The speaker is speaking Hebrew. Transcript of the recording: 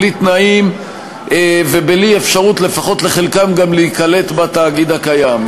בלי תנאים ובלי אפשרות לפחות לחלקם גם להיקלט בתאגיד הקיים.